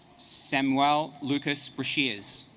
sam well lucas brashears